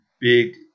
big